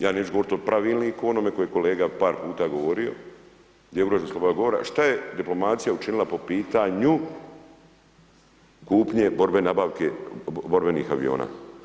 Ja neću govorit o pravilniku, o onome koji je kolega par puta govorio gdje je ugroza sloboda govora, šta je diplomacija učinila po pitanju kupnje borbene nabavke borbenih aviona?